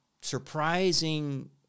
surprising